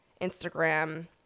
Instagram